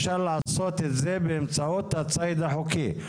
אפשר לעשות את זה באמצעות הציד החוקי,